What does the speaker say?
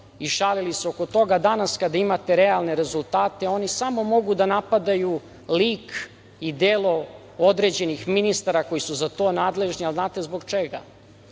i šalili se oko toga. Danas kada imate realne rezultate oni samo mogu da napadaju lik i delo određenih ministara koji su za to nadležni, a znate zbog čega?